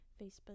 Facebook